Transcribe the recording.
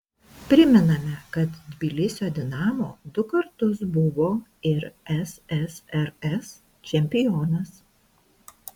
primename kad tbilisio dinamo du kartus buvo ir ssrs čempionas